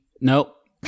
Nope